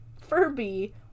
Furby